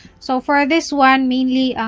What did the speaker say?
so for ah this one, mainly,